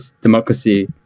democracy